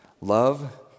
Love